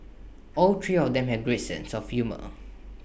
all three of them have great sense of humour